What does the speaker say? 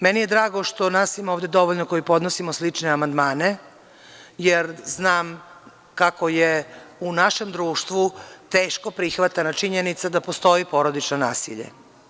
Meni je drago što nas ima dovoljno koji podnosimo slične amandmane, jer znam kako je u našem društvu teško prihvatana činjenica da postoji porodično nasilje.